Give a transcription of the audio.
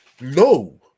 No